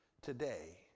today